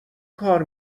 کار